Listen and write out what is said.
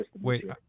Wait